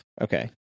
Okay